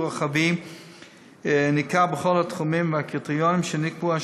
רוחבי ניכר בכל התחומים והקריטריונים שנקבעו,